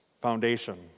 foundation